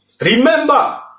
Remember